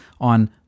on